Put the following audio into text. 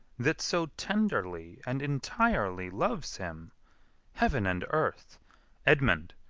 that so tenderly and entirely loves him heaven and earth edmund,